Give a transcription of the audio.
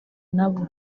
nabo